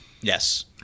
Yes